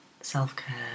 self-care